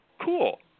Cool